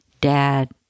dad